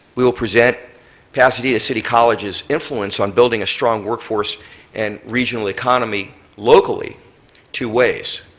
we will present pasadena city college's influence on building a strong workforce and regional economy locally two ways.